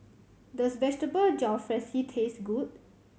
does Vegetable Jalfrezi taste good